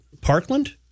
Parkland